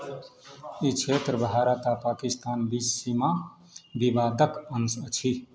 ई क्षेत्र भारत आ पाकिस्तान बीच सीमा विवादक अंश अछि